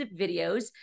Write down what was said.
videos